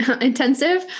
intensive